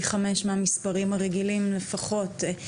פי חמש מהמספרים הרגילים לפחות,